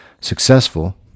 successful